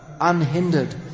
unhindered